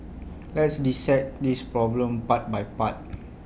let's dissect this problem part by part